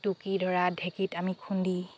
টুকি ধৰা ঢেঁকীত আমি খুন্দি